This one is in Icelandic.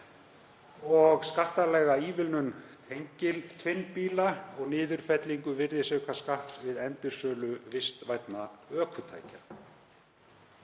skattalega ívilnun tengiltvinnbíla og niðurfellingu virðisaukaskatts við endursölu vistvænna ökutækja.